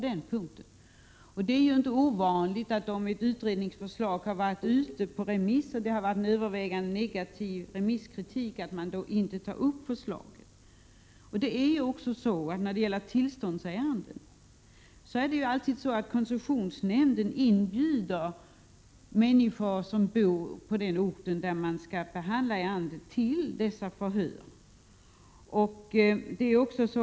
Det är inte ovanligt att ett förslag inte tas upp därför att det vid remissbehandling får övervägande negativ kritik. När det gäller tillståndsärenden inbjuder koncessionsnämnden människor som bor på orten till förhören.